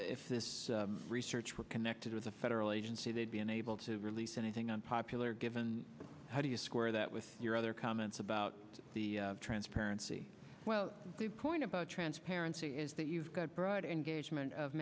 if this research were connected with a federal agency they'd be unable to release anything unpopular given how do you square that with your other comments about the transparency well the point about transparency is that you've got broad engagement of